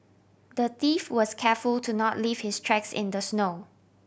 the thief was careful to not leave his tracks in the snow